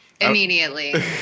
Immediately